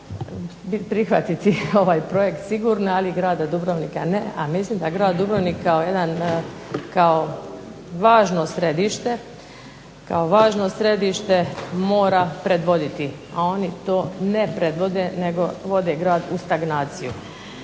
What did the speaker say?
prihvatiti ovaj projekt sigurno, ali grada Dubrovnika ne, a mislim da grad Dubrovnik kao jedan, kao važno središte mora predvoditi, a oni to ne predvode, nego vode grad u stagnaciju.